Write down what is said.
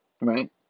right